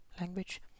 language